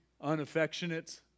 Unaffectionate